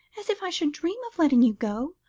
as if i should dream of letting you go,